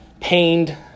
pained